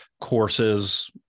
courses